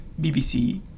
BBC